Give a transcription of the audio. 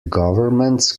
governments